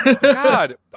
God